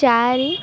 ଚାରି